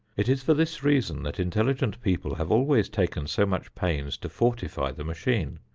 it is for this reason that intelligent people have always taken so much pains to fortify the machine,